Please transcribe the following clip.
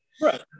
right